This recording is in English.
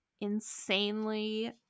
insanely